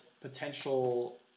potential